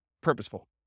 purposeful